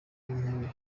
ntebe